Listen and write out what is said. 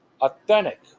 authentic